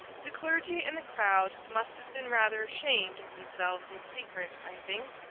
the clergy and the crowd must have been rather ashamed of themselves in secret, i think,